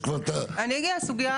אגיד על הסוגייה,